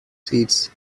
seats